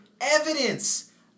evidence